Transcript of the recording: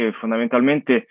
fondamentalmente